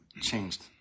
changed